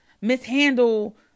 mishandle